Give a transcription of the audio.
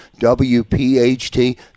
WPHT